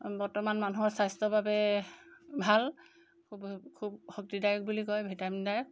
বৰ্তমান মানুহৰ স্বাস্থ্যৰ বাবে ভাল খুব খুব শক্তিদায়ক বুলি কয় ভিটামিনদায়ক